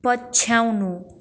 पछ्याउनु